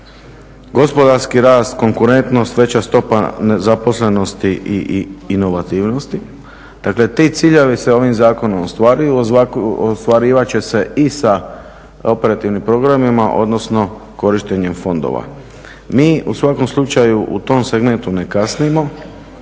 gospodarski rast, konkurentnost, veća stopa nezaposlenosti i inovativnosti, dakle ti ciljevi se ovim zakonom ostvaruju, ostvarivat će se i sa operativnim programima, odnosno korištenjem fondova. Mi u svakom slučaju u tom segmentu ne kasnimo.